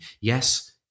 Yes